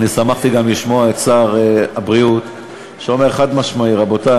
שמחתי גם לשמוע את שר הבריאות שאומר חד-משמעית: רבותי,